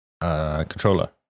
controller